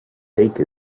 take